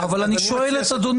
אני מציע --- אבל אני שואל את אדוני,